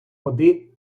води